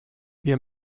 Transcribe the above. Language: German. wir